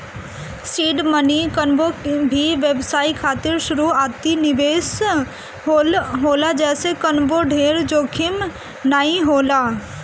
seed money कवनो भी व्यवसाय खातिर शुरूआती निवेश होला जेसे कवनो ढेर जोखिम नाइ होला